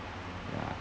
ya